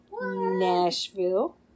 Nashville